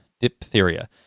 Diphtheria